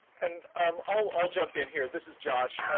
and um all all jump in here. this is josh.